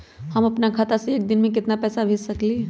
हम अपना खाता से एक दिन में केतना पैसा भेज सकेली?